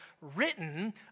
written